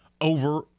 over